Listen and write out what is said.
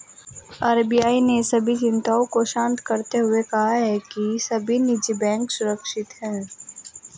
RBI ने सभी चिंताओं को शांत करते हुए कहा है कि सभी निजी बैंक सुरक्षित हैं